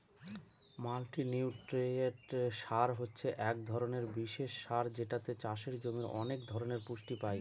multinutrient সার হছে এক ধরনের বিশেষ সার যেটাতে চাষের জমির অনেক ধরনের পুষ্টি পাই